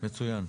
מצוין.